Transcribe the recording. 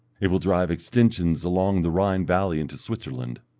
it will drive extensions along the rhine valley into switzerland,